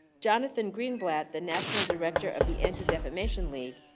jonathan greenblatt, the national director of the anti-defamation league,